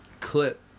clip